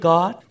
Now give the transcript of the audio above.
God